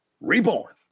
Reborn